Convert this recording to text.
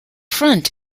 front